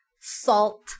salt